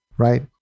Right